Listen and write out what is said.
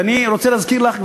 ואני רוצה להזכיר לך,